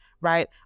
Right